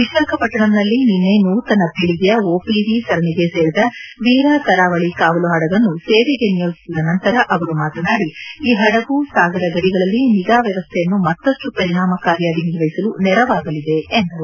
ವಿಶಾಖಪಟ್ಟಣಂನಲ್ಲಿ ನಿನ್ನೆ ನೂತನ ಪೀಳಿಗೆಯ ಒಪಿವಿ ಸರಣಿಗೆ ಸೇರಿದ ವೀರಾ ಕರಾವಳಿ ಕಾವಲು ಹಡಗನ್ನು ಸೇವೆಗೆ ನಿಯೋಜಿಸಿದ ನಂತರ ಅವರು ಮಾತನಾಡಿ ಈ ಹಡಗು ಸಾಗರ ಗಡಿಗಳಲ್ಲಿ ನಿಗಾವ್ಯವಸ್ಥೆಯನ್ನು ಮತ್ತಷ್ಟು ಪರಿಣಾಮಕಾರಿಯಾಗಿ ನಿರ್ವಹಿಸಲು ನೆರವಾಗಲಿದೆ ಎಂದರು